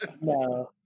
No